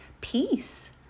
peace